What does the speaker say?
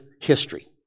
history